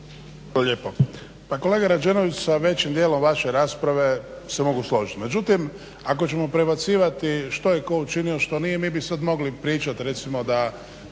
Hvala